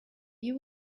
you